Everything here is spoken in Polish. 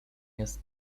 jest